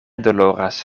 doloras